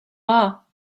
are